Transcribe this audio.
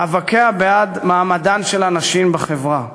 מאבקיה בעד מעמדן של הנשים בחברה,